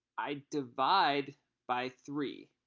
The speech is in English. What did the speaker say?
i divide by three,